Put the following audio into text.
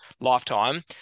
lifetime